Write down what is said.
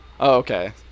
okay